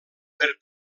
per